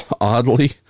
oddly